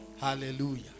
Hallelujah